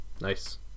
nice